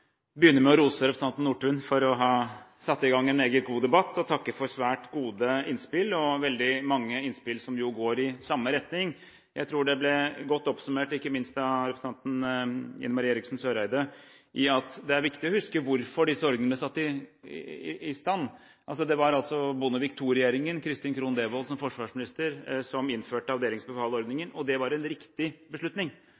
begynne med å rose representanten Nordtun for å ha satt i gang en meget god debatt og takker for svært gode innspill. Det var veldig mange innspill som går i samme retning. Jeg tror det ble godt oppsummert, ikke minst av representanten Ine Marie Eriksen Søreide, at det er viktig å huske hvorfor disse ordningene ble satt i gang. Det var altså Bondevik II-regjeringen, med Kristin Krohn Devold som forsvarsminister, som innførte